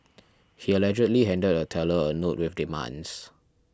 he allegedly handed a teller a note with demands